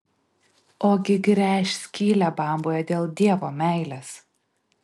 ogi gręš skylę bamboje dėl dievo meilės